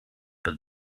but